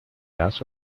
has